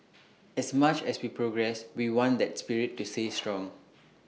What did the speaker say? as much as we progress we want that spirit to stay strong